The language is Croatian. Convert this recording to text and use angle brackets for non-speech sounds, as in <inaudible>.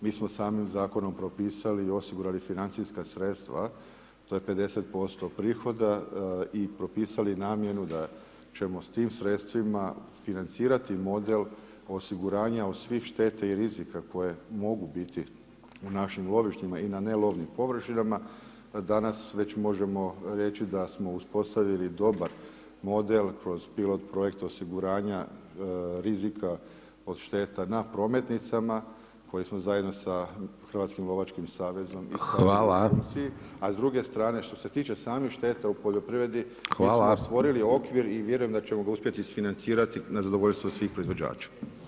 Mi smo sami zakonom propisali i osigurali financijska sredstva, to je 50% prihoda i propisali namjenu da ćemo s tim sredstvima financirati model osiguranja od svih šteta i rizika koje mogu biti u našim lovištima i na ne lovnim površinama, danas već možemo reći da smo uspostavili dobar model kroz pilot projekt osiguranja rizika od šteta na prometnicama koje smo zajedno za hrvatskim lovačkim savezom i ... <unintelligible> [[Upadica Dončić: Hvala.]] A s druge strane što se tiče samih šteta u poljoprivredi mi smo stvorili okvir i vjerujem da ćemo ga uspjeti isfinancirati na zadovoljstvo svih proizvođača.